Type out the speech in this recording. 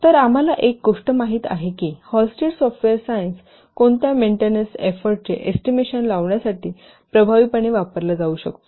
तर आम्हाला एक गोष्ट माहित आहे की हॉलस्टिड सॉफ्टवेयर सायन्स कोणत्या मेंटेनन्स एफोर्टचे एस्टिमेशन लावण्यासाठी प्रभावीपणे वापरला जाऊ शकतो